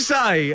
say